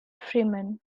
freeman